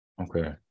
Okay